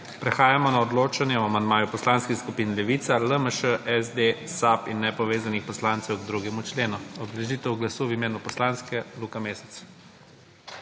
Prehajamo na odločanje o amandmaju Poslanskih skupin Levica, LMŠ, SD, SAB in Nepovezanih poslancev k 2. členu. Obrazložitev glasu, v imenu poslanske, Luka Mesec.